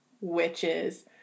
witches